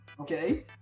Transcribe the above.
okay